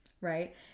Right